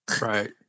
Right